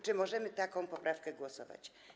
Czy możemy nad taką poprawką głosować?